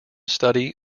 study